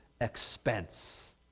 expense